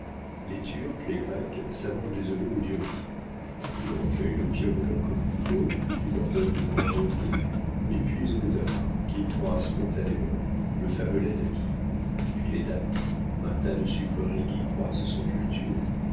les turcs les grecs ça mange des oignons ou du riz ils recueillent l'opium de leurs coquelicots qui leur donne de grands revenus et puis ils ont le tabac qui croît spontanément le fameux lattaqui puis les dattes un tas de sucreries qui croissent sans culture